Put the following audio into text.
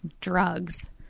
drugs